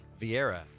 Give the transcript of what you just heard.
Vieira